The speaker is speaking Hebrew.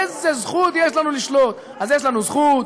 איזו זכות יש לנו לשלוט אז יש לנו זכות,